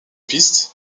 pistes